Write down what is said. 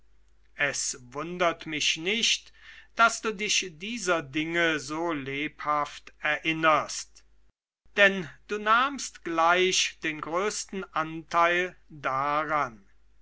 es wundert mich nicht daß du dich dieser dinge so lebhaft erinnerst denn du nahmst gleich den größten anteil daran